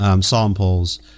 samples